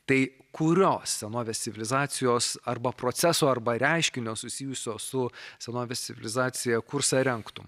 tai kurio senovės civilizacijos arba proceso arba reiškinio susijusio su senovės civilizacija kursą rengtum